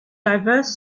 diverse